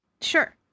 Sure